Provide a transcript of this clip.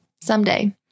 Someday